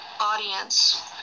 audience